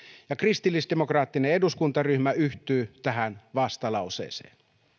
ja kristillisdemokraattinen eduskuntaryhmä yhtyy tähän vastalauseeseen